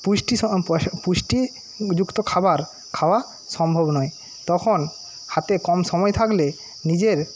পুষ্টি পুষ্টিযুক্ত খাবার খাওয়া সম্ভব নয় তখন হাতে কম সময় থাকলে নিজের